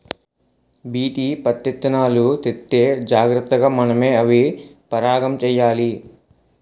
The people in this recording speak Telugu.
బీటీ పత్తిత్తనాలు తెత్తే జాగ్రతగా మనమే అవి పరాగం చెయ్యాలి